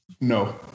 No